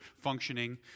functioning